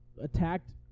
attacked